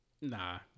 Nah